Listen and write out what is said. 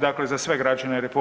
Dakle za sve građane RH